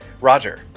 Roger